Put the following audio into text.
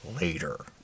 later